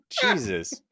Jesus